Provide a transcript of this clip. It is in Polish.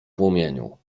płomieniu